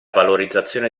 valorizzazione